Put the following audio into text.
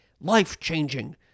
life-changing